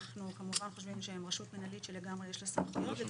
אנחנו כמובן חושבים שהם רשות מנהלית שלגמרי יש לה סמכויות.